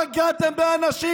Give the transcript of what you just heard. פגעתם באנשים,